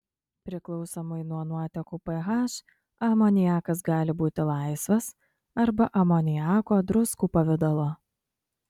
priklausomai nuo nuotekų ph amoniakas gali būti laisvas arba amoniako druskų pavidalo